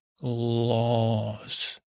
laws